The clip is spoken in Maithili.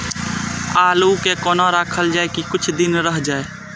आलू के कोना राखल जाय की कुछ दिन रह जाय?